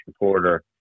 reporter